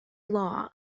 law